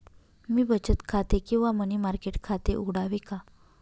मी बचत खाते किंवा मनी मार्केट खाते उघडावे का?